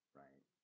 right